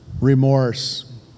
remorse